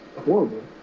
horrible